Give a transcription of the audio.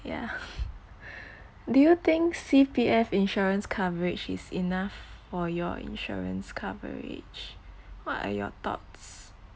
yeah do you think C_P_F insurance coverage is enough for your insurance coverage what are your thoughts